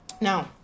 now